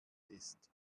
ist